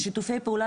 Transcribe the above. שיתופי פעולה,